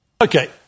Okay